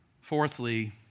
Fourthly